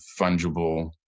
fungible